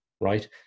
right